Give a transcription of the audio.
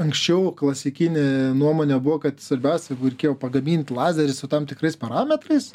anksčiau klasikinė nuomonė buvo kad svarbiausia reikėjo pagamint lazerį su tam tikrais parametrais